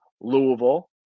Louisville